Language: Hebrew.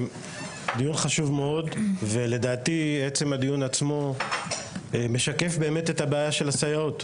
דיון חשוב מאוד ולדעתי עצם הדיון עצמו משקף באמת את הבעיה של הסייעות.